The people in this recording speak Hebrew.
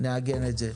נעגן את זה.